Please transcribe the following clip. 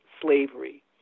slavery